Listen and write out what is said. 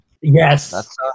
Yes